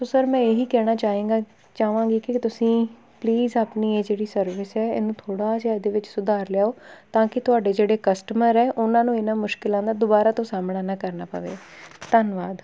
ਸੋ sir ਮੈਂ ਇਹ ਹੀ ਕਹਿਣਾ ਚਾਹੇਗਾ ਚਾਵਾਂਗੀ ਕਿ ਤੁਸੀਂ ਪਲੀਜ਼ ਆਪਣੀ ਇਹ ਜਿਹੜੀ ਸਰਵਿਸ ਹੈ ਇਹਨੂੰ ਥੋੜ੍ਹਾ ਜਿਹਾ ਇਹਦੇ ਵਿੱਚ ਸੁਧਾਰ ਲਿਆਓ ਤਾਂ ਕਿ ਤੁਹਾਡੇ ਜਿਹੜੇ ਕਸਟਮਰ ਹੈ ਉਹਨਾਂ ਨੂੰ ਇਹਨਾਂ ਮੁਸ਼ਕਿਲਾਂ ਦਾ ਦੁਬਾਰਾ ਤੋਂ ਸਾਹਮਣਾ ਨਾ ਕਰਨਾ ਪਵੇ ਧੰਨਵਾਦ